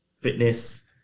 fitness